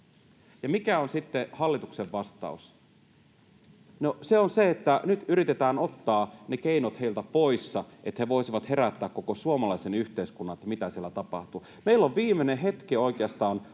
mikä on sitten hallituksen vastaus? No se on se, että nyt yritetään ottaa ne keinot heiltä pois, että he voisivat herättää koko suomalaisen yhteiskunnan siihen, mitä siellä tapahtuu. Meillä on viimeinen hetki oikeastaan